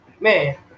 man